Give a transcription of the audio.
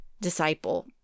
disciple